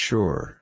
Sure